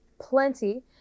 plenty